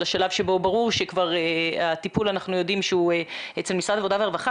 לשלב שבו ברור שהטיפול הוא במשרד העבודה והרווחה.